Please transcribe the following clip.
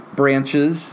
branches